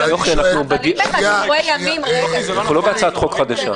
אבל אנחנו לא בהצעת חוק חדשה.